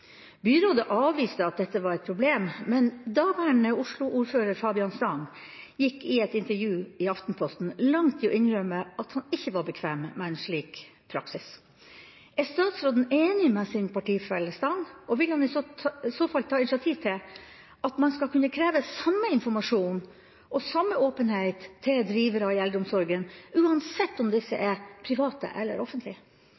Byrådet avviste at dette var et problem, men daværende Oslo-ordfører Fabian Stang gikk i et intervju i Aftenposten langt i å innrømme at han ikke var bekvem med en slik praksis. Er statsråden enig med sin partifelle Stang, og vil han i så fall ta initiativ til at man skal kunne kreve samme informasjon og samme åpenhet fra drivere i eldreomsorgen, uansett om disse er private eller offentlige?